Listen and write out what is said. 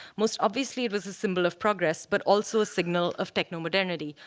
most obviously it was a symbol of progress, but also a signal of techno-modernity,